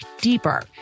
deeper